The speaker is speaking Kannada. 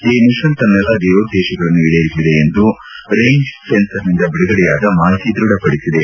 ಈ ಮಿಷನ್ ತನ್ನೆಲ್ಲಾ ಧ್ಯೇಯೋದ್ವೇಶಗಳನ್ನು ಈಡೇರಿಸಿದೆ ಎಂದು ರೇಂಜ್ ಸೆನ್ಸರ್ನಿಂದ ಬಿಡುಗಡೆಯಾದ ಮಾಹಿತಿ ದ್ಭಢಪಡಿಸಿದೆ